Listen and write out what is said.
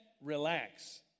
relax